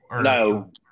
no